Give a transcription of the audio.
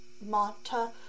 Mata